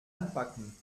anpacken